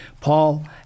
Paul